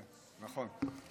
מעולה.